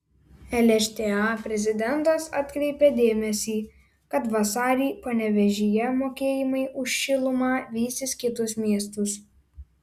lšta prezidentas atkreipė dėmesį kad vasarį panevėžyje mokėjimai už šilumą vysis kitus miestus